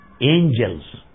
angels